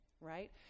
right